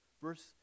Verse